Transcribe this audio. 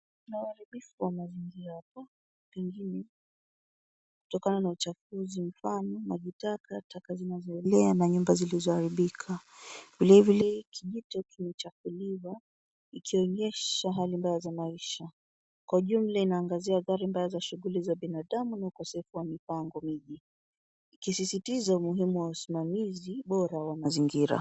Kuna uharibifu wa mazingira hapa, pengine kutokana na uchafuzi mfano maji taka, taka zinazoelea na nyumba zilizoharibika. Vile vile kijito kimechafuliwa ikionyesha hali mbaya za maisha. Kwa jumla inaangazia athari mbaya za shughuli mbaya za binadamu na ukosefu wa mipango miji ikisisitiza umuhimu wa usimamizi bora wa mazingira.